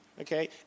Okay